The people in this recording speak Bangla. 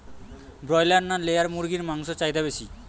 ব্রলার না লেয়ার মুরগির মাংসর চাহিদা বেশি?